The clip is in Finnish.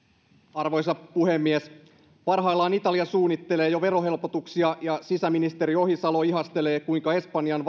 arvoisa puhemies parhaillaan italia suunnittelee jo verohelpotuksia ja sisäministeri ohisalo ihastelee kuinka espanjan